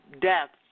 deaths